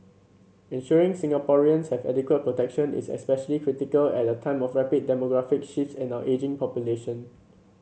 ensuring Singaporeans have adequate protection is especially critical at a time of rapid demographic shifts and our ageing population